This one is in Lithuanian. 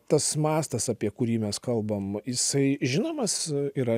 tas mastas apie kurį mes kalbam jisai žinomas yra